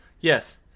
yes